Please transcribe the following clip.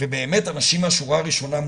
ובאמת אנשים מהשורה הראשונה,